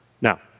Now